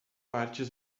artes